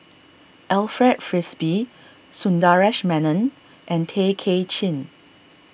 Alfred Frisby Sundaresh Menon and Tay Kay Chin